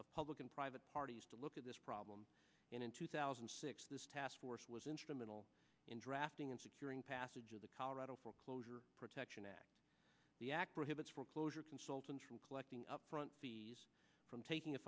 of public and private parties to look at this problem in two thousand and six this task force was instrumental in drafting and securing passage of the colorado foreclosure protection act the act prohibits foreclosure consultants from collecting upfront fees from taking a